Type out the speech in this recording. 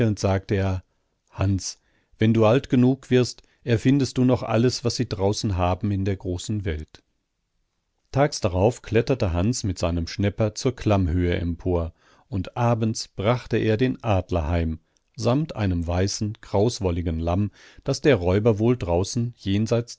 sagte er hans wenn du alt genug wirst erfindest du noch alles was sie draußen haben in der großen welt tags darauf kletterte hans mit seinem schnäpper zur klammhöhe empor und abends brachte er den adler heim samt einem weißen krauswolligen lamm das der räuber wohl draußen